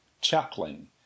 chuckling